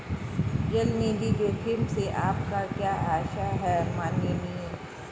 चल निधि जोखिम से आपका क्या आशय है, माननीय?